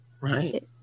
Right